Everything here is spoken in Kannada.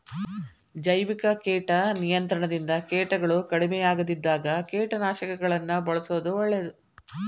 ಜೈವಿಕ ಕೇಟ ನಿಯಂತ್ರಣದಿಂದ ಕೇಟಗಳು ಕಡಿಮಿಯಾಗದಿದ್ದಾಗ ಕೇಟನಾಶಕಗಳನ್ನ ಬಳ್ಸೋದು ಒಳ್ಳೇದು